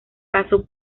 paso